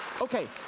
Okay